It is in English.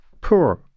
poor